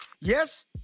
Yes